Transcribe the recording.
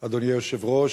אדוני היושב-ראש,